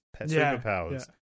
superpowers